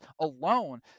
alone